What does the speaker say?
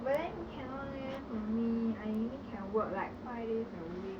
but then cannot leh for me I only can work like five days a week